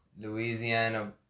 Louisiana